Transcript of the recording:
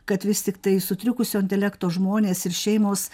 kad vis tiktai sutrikusio intelekto žmonės ir šeimos